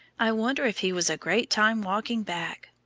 i wonder if he was a great time walking back.